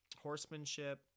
horsemanship